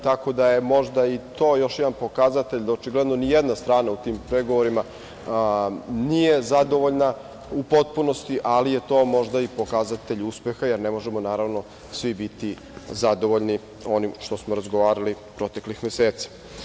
Tako da je možda i to još jedan pokazatelj da očigledno ni jedna strana u tim pregovorima nije zadovoljna u potpunosti, ali je to možda pokazatelj uspeha, jer ne možemo svi biti zadovoljni onim što smo razgovarali proteklih meseci.